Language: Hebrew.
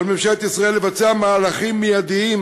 ועל ממשלת ישראל לבצע מהלכים מיידיים